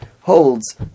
holds